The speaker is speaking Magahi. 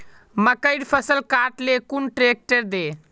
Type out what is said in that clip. मकईर फसल काट ले कुन ट्रेक्टर दे?